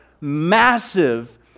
massive